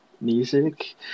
music